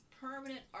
permanent